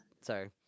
sorry